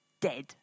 dead